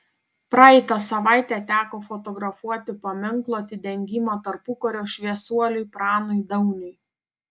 praeitą savaitę teko fotografuoti paminklo atidengimą tarpukario šviesuoliui pranui dauniui